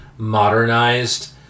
modernized